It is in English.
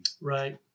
Right